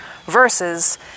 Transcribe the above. versus